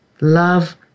Love